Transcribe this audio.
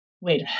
wait